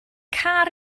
car